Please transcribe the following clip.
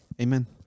Amen